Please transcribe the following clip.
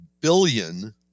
billion